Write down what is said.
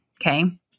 okay